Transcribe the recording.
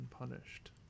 unpunished